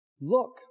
Look